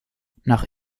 nach